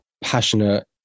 passionate